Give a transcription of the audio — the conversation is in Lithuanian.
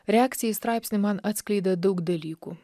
reakcija į straipsnį man atskleidė daug dalykų